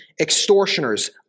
extortioners